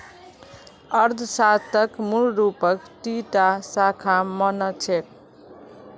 अर्थशास्त्रक मूल रूपस दी टा शाखा मा न छेक